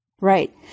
Right